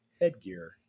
headgear